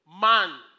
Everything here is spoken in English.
man